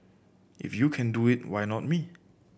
if you can do it why not me